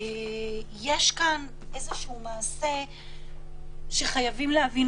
יש כאן איזה מעשה שחייבים להבין.